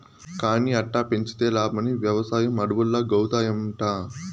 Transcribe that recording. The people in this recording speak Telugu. కానీ అట్టా పెంచితే లాబ్మని, వెవసాయం అడవుల్లాగౌతాయంట